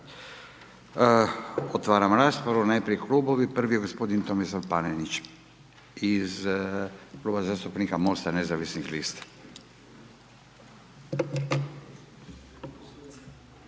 Otvaram raspravu, najprije klubovi, prvi gospodin Tomislav Panenić, iz Kluba zastupnika Mosta nezavisnih lista.